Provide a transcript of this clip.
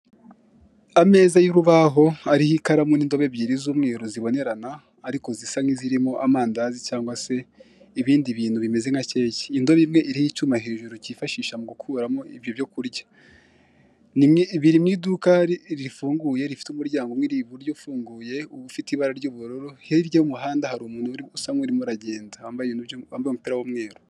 Ameza y'urubaho ariho ikaramu n'indobo ebyiri zibonerana ariko zisa nk'izirimo amandazi cyangwa se ibindi bintu bimeze nka keke indobo imwe iriho icyuma kifashishwa mu gukuramo ibyo byo kurya biri mu iduka rifunguye rifite umuryango umwe ufunguye hirya y'umuhanda hari umuntu usa nk'urimo uragenda wambaye umupira w'umweru.